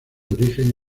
origen